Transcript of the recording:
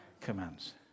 commands